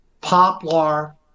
poplar